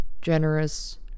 generous